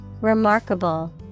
Remarkable